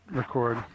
record